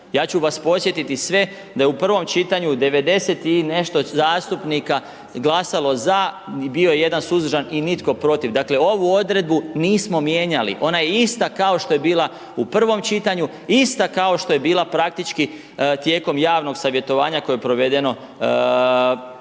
ja ću vas podsjetiti sve da je u prvom čitanju 90 i nešto zastupnika glasalo za, bio je 1 suzdržan i nitko protiv, dakle ovu odredbu nismo mijenjali ona je ista kao što je bila u prvom čitanju, ista kao što je bila praktički tijekom javnog savjetovanja koje je provedeno u